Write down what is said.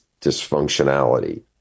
dysfunctionality